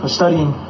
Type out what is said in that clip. studying